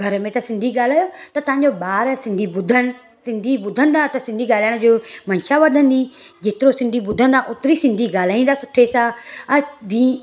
घर में त सिंधी ॻाल्हायो त तव्हांजो ॿार सिंधी ॿुधनि सिंधी ॿुधंदा त सिंधी ॻाल्हाइण जो मंशा वधंदी जेतिरो सिंधी ॿुधंदा ओतिरी सिंधी ॻाल्हाईंदा सुठे सां आ ॾींहं